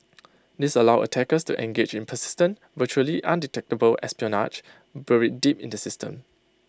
this allows attackers to engage persistent virtually undetectable espionage buried deep in the system